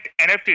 NFT